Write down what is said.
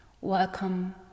welcome